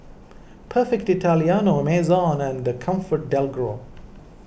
Perfect Italiano Amazon and ComfortDelGro